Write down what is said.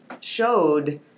showed